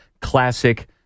classic